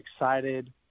excited